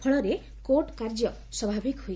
ଫଳରେ କୋର୍ଟ କାର୍ଯ୍ୟ ସ୍ୱାଭାବିକ ହୋଇଛି